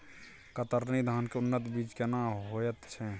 कतरनी धान के उन्नत बीज केना होयत छै?